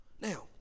Now